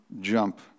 jump